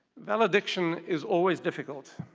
valediction is always difficult.